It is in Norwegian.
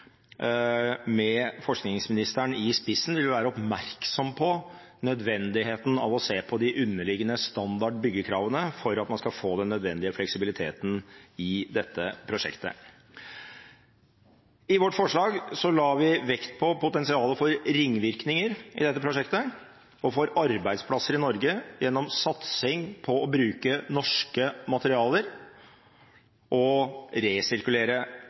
med forskningsministeren i spissen, vil være oppmerksom på nødvendigheten av å se på de underliggende standardbyggekravene for at man skal få den nødvendige fleksibiliteten i dette prosjektet. I vårt representantforslag la vi vekt på potensialet for ringvirkninger av dette prosjektet og for arbeidsplasser i Norge gjennom satsing på å bruke norske materialer og